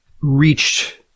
reached